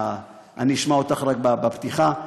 אשמע אותך רק בפתיחה.